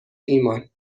ایمان